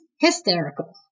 hysterical